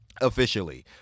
Officially